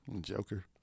joker